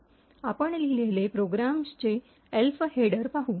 आपण लिहिलेले प्रोग्रॅमचे एल्फ हेडर पाहू